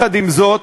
עם זאת,